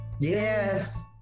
Yes